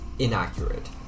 Inaccurate